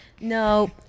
No